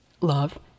love